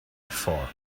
before